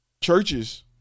Churches